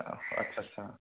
औ आदसा आदसा